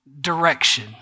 Direction